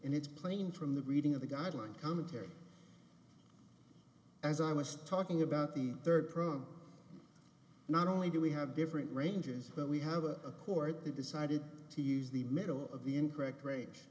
and it's plain from the reading of the guideline commentary as i was talking about the third program not only do we have different ranges but we have a court that decided to use the middle of the incorrect range